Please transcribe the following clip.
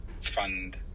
fund